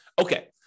Okay